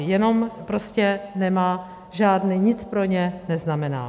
Jenom prostě nemá žádný, nic pro ně neznamená.